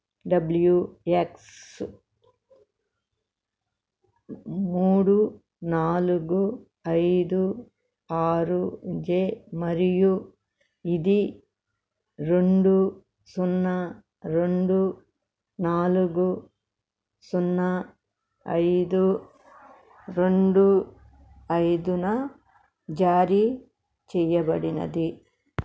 W X మూడు నాలుగు ఐదు ఆరు జే మరియు ఇది రెండు సున్నా రెండు నాలుగు సున్నా ఐదు రెండు ఐదున జారీ చేయబడినది